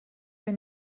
der